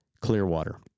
Clearwater